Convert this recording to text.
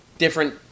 different